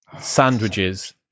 sandwiches